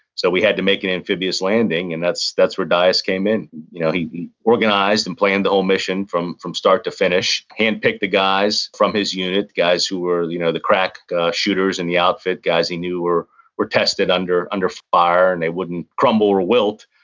so we had to make an amphibious landing, and that's that's where dyess came in you know he organized and planned the whole mission from from start to finish, hand-picked the guys from his unit, the guys who were you know the crack shooters in the outfit, guys he knew were were tested under under fire and they wouldn't crumble or wilt.